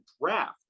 draft